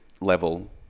level